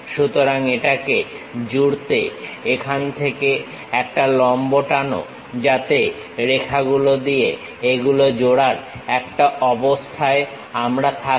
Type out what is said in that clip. সুতরাং এটাকে জুড়তে এখান থেকে একটা লম্ব টানো যাতে রেখাগুলো দিয়ে এগুলো জোড়ার একটা অবস্থায় আমরা থাকি